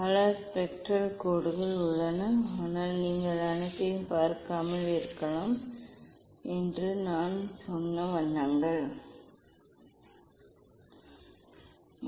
பல ஸ்பெக்ட்ரல் கோடுகள் உள்ளன ஆனால் நீங்கள் அனைத்தையும் பார்க்காமல் இருக்கலாம் என்று நான் சொன்ன வண்ணங்கள் என்ன